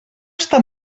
està